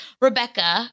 Rebecca